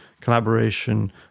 collaboration